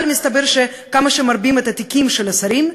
אבל מסתבר שכמה שמרבים את התיקים של השרים,